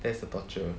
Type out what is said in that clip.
there's a torture